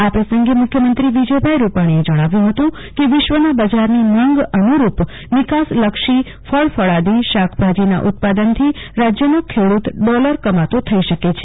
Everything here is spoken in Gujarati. આ પ્રસંગે મુખ્યમંત્રી વિજયભાઇ રૂપાણીએ જણાવ્યું હતું કે વિશ્વના બજારની માંગ અનુરૂપ નિકાસલક્ષી ફળફળાદી શાકભાજીના ઉત્પાદનથી રાજયનો ખેડૂત ડોલર કમાતો થઇ શકે છે